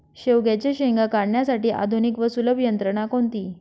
शेवग्याच्या शेंगा काढण्यासाठी आधुनिक व सुलभ यंत्रणा कोणती?